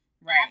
right